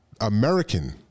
American